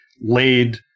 laid